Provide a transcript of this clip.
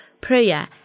prayer